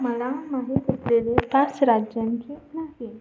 मला माहीत असलेले पाच राज्यांची नावे